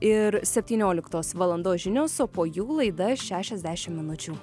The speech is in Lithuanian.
ir septynioliktos valandos žinios o po jų laida šešiasdešim minučių